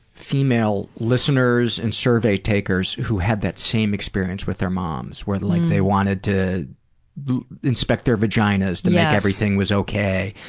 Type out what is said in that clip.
female listeners and survey takers who had that same experience with their moms, where like they wanted to inspect their vaginas to make sure everything was okay,